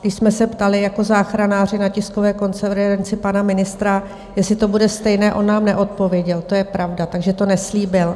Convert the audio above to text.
Když jsme se ptali jako záchranáři na tiskové konferenci pana ministra, jestli to bude stejné, on nám neodpověděl, to je pravda, takže to neslíbil.